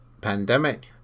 pandemic